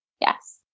Yes